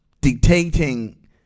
dictating